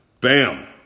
Bam